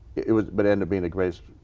it was but end up being the greatest.